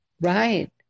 Right